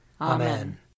Amen